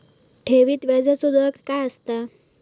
ठेवीत व्याजचो दर काय असता?